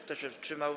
Kto się wstrzymał?